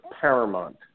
paramount